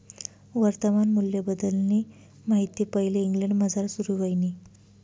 वर्तमान मूल्यबद्दलनी माहिती पैले इंग्लंडमझार सुरू व्हयनी